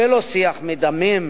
ולא שיח מדמם